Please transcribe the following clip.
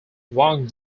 wang